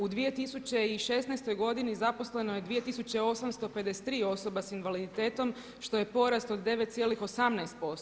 U 2016. godini zaposleno je 2 853 osoba sa invaliditetom što je porast od 9,18%